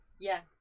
Yes